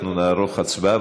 אנחנו נערוך הצבעה,